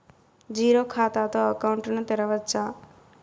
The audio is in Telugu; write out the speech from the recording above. జీరో ఖాతా తో అకౌంట్ ను తెరవచ్చా?